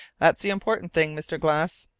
that's the important thing, mr. glass.